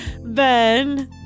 Ben